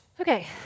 Okay